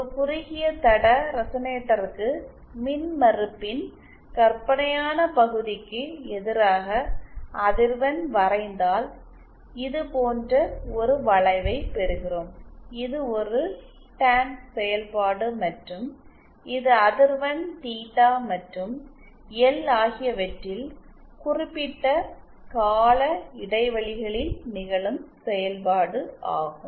ஒரு குறுகிய தட ரெசனேட்டருக்கு மின்மறுப்பின் கற்பனையான பகுதிக்கு எதிராக அதிர்வெண் வரைந்தால் இது போன்ற ஒரு வளைவைப் பெறுகிறோம் இது ஒரு டான் செயல்பாடு மற்றும் இது அதிர்வெண் தீட்டா மற்றும் எல் ஆகியவற்றில் குறிப்பிட்ட கால இடைவெளிகளில் நிகழும் செயல்பாடு ஆகும்